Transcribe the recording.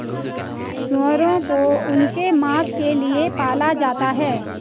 सूअरों को उनके मांस के लिए पाला जाता है